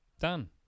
done